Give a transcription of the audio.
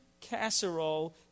casserole